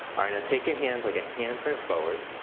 alright now take your hands like a hand print forward.